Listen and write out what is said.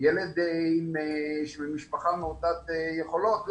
ילד ממשפחה מעוטת יכולות,